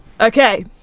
Okay